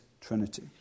Trinity